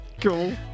Cool